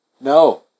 No